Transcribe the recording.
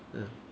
uh